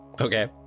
okay